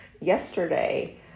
yesterday